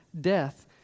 death